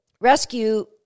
rescue